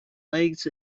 legs